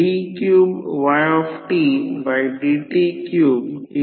5° आहे आणि हा भाग Ic आहे आणि हा भाग Im आहे आणि हे रिसलटंट करंट I0 आहे